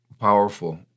powerful